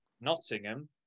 Nottingham